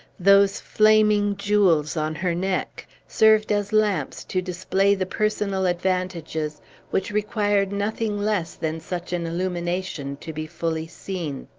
those flaming jewels on her neck, served as lamps to display the personal advantages which required nothing less than such an illumination to be fully seen.